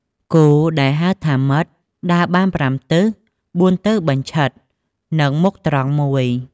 គោល ដែលហៅថាម៉ិត ដើរបាន ៥ទិស ៤ទិសបញ្ឆិត និងមុខត្រង់១។